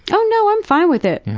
oh no. i'm fine with it.